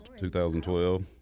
2012